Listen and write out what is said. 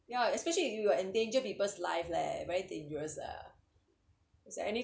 ya especially you are endanger people's life leh very dangerous lah is like any